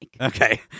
Okay